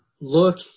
Look